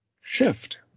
shift